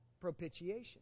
propitiation